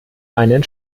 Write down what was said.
einen